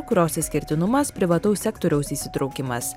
kurios išskirtinumas privataus sektoriaus įsitraukimas